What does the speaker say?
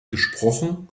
gesprochen